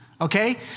Okay